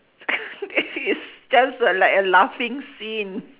it's just like a laughing scene